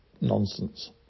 nonsense